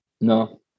No